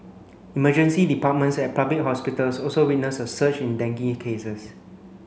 emergency departments at public hospitals also witnessed a surge in dengue cases